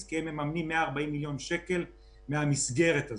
כי הן מממנות 140 מיליון שקל מן המסגרת הזאת.